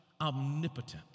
omnipotent